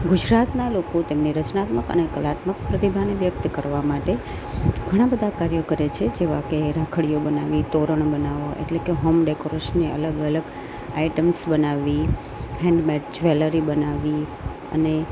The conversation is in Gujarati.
ગુજરાતનાં લોકો તેમની રચનાત્મક અને કલાત્મક પ્રતિભાને વ્યક્ત કરવા માટે ઘણાં બધાં કાર્યો કરે છે જેવા કે રાખડીઓ બનાવી તોરણ બનાવવા એટલે કે હોમ ડેકોરેસને અલગ અલગ આઇટમ્સ બનાવવી હેન્ડ મેડ જ્વેલરી બનાવવી અને